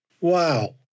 Wow